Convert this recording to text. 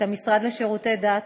את המשרד לשירותי דת,